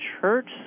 church